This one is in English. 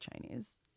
Chinese